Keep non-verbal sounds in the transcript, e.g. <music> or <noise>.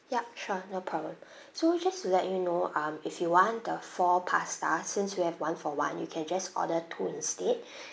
yup sure no problem <breath> so just to let you know um if you want the four pasta since you have one-for-one you can just order two instead <breath>